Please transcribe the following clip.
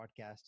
podcast